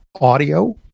audio